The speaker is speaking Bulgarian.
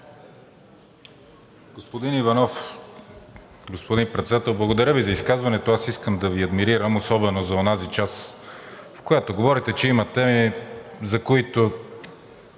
Господин Председател! Господин Иванов, благодаря Ви за изказването. Аз искам да Ви адмирирам особено за онази част, в която говорите, че има теми, за които